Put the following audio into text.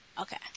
okay